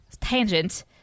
tangent